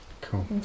Cool